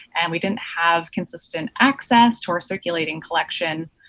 and we didn't have consistent access to our circulating collection.